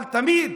אבל תמיד